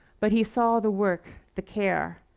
but he saw the work, the care,